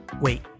Wait